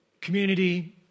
community